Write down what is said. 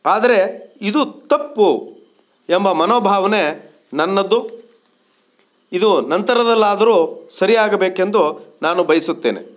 ಆದರೆ ಇದು ತಪ್ಪು ಎಂಬ ಮನೋಭಾವನೆ ನನ್ನದು ಇದು ನಂತರದಲ್ಲಾದರೂ ಸರಿಯಾಗಬೇಕೆಂದು ನಾನು ಬಯಸುತ್ತೇನೆ